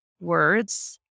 words